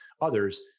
others